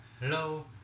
Hello